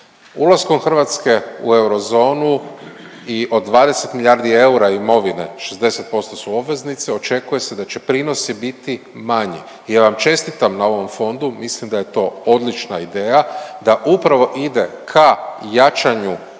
ulaskom Hrvatske u eurozonu i od 20 milijardi eura imovine 60% su obveznice, očekuje se da će prinosi biti manji. Ja vam čestitam na ovom fondu, mislim da je to odlična ideja da upravo ide ka jačanju